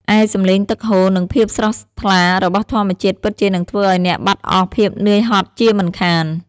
ឯសំឡេងទឹកហូរ និងភាពស្រស់ថ្លារបស់ធម្មជាតិពិតជានឹងធ្វើឲ្យអ្នកបាត់អស់ភាពនឿយហត់ជាមិនខាន។